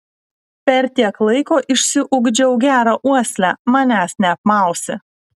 per tiek laiko išsiugdžiau gerą uoslę manęs neapmausi